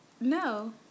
No